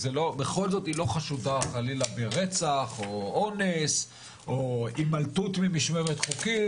בכל זאת היא לא חשודה חלילה ברצח או אונס או הימלטות ממשמרת חוקית.